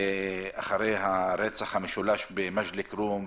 אחרי הרצח המשולש במג'דל אל כרום,